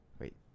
Wait